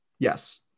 Yes